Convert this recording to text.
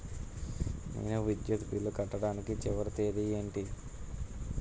నేను విద్యుత్ బిల్లు కట్టడానికి చివరి తేదీ ఏంటి?